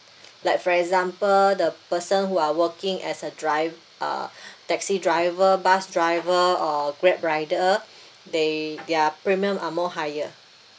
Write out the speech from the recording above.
like for example the person who are working as a dri~ uh taxi driver bus driver or grab rider they their premium are more higher